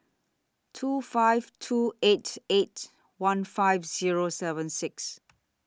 two five two eight eight one five Zero seven six